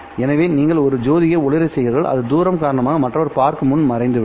எனவே நீங்கள் ஒரு ஜோதியை ஒளிரச் செய்கிறீர்கள் அது தூரம் காரணமாக மற்றவர் பார்க்குமுன் மறைந்துவிடும்